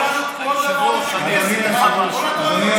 היושב-ראש, היושב-ראש,